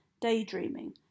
daydreaming